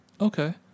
Okay